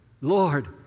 Lord